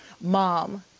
mom